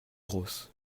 grosses